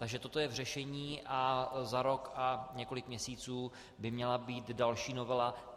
Takže toto je v řešení a za rok a několik měsíců by měla být další novela.